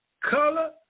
color